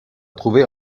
trouver